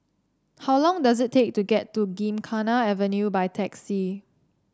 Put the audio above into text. how long does it take to get to Gymkhana Avenue by taxi